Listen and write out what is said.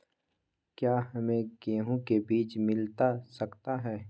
क्या हमे गेंहू के बीज मिलता सकता है?